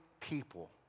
people